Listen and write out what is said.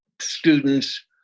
students